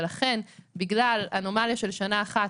ולכן בגלל אנומליה של שנה אחת,